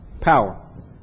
power